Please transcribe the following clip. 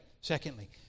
Secondly